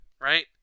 right